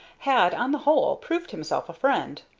had, on the whole, proved himself a friend.